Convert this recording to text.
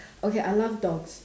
okay I love dogs